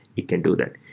it can do that.